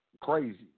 crazy